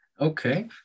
Okay